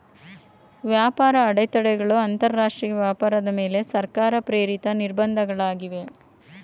ವ್ಯಾಪಾರ ಅಡೆತಡೆಗಳು ಅಂತರಾಷ್ಟ್ರೀಯ ವ್ಯಾಪಾರದ ಮೇಲೆ ಸರ್ಕಾರ ಪ್ರೇರಿತ ನಿರ್ಬಂಧ ಗಳಾಗಿವೆ